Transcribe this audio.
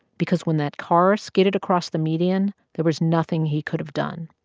because when that car skidded across the median, there was nothing he could have done.